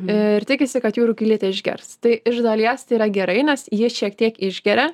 ir tikisi kad jūrų kiaulytė išgers tai iš dalies tai yra gerai nes ji šiek tiek išgeria